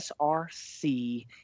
src